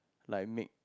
like make